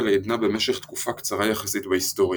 לעדנה במשך תקופה קצרה יחסית בהיסטוריה.